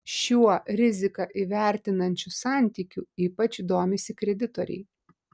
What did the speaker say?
šiuo riziką įvertinančiu santykiu ypač domisi kreditoriai